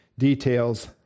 details